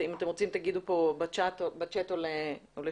אם אתם רוצים, תגידו פה בצ'אט או לשוש.